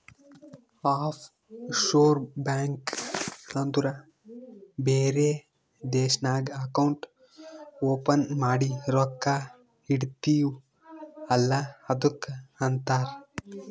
of sure bank ಅಂದುರ್ ಬೇರೆ ದೇಶ್ನಾಗ್ ಅಕೌಂಟ್ ಓಪನ್ ಮಾಡಿ ರೊಕ್ಕಾ ಇಡ್ತಿವ್ ಅಲ್ಲ ಅದ್ದುಕ್ ಅಂತಾರ್